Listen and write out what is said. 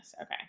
Okay